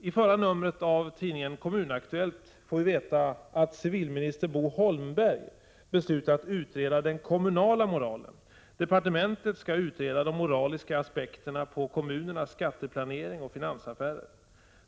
I förra numret av tidningen Kommunaktuellt får vi veta att civilminister Bo Holmberg beslutat utreda den kommunala moralen. Departementet skall utreda de moraliska aspekterna på kommunernas skatteplanering och finansaffärer.